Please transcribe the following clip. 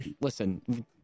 Listen